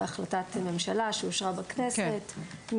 בהחלטת ממשלה שאושרה בכנסת,